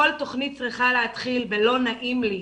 כל תוכנית צריכה להתחיל ב"לא נעים לי".